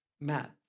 Matt